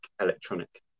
electronic